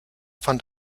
fand